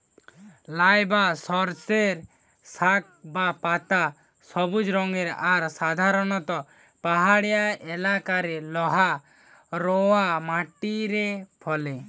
লাই বা সর্ষের শাক বা পাতা সবুজ রঙের আর সাধারণত পাহাড়িয়া এলাকারে লহা রওয়া মাটিরে ফলে